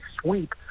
sweep